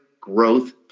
growth